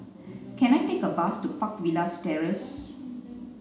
can I take a bus to Park Villas Terrace